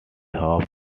hope